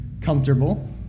comfortable